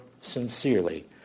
sincerely